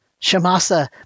Shamasa